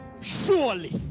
surely